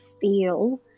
feel